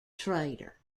trader